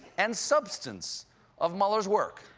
and substance of mueller's work.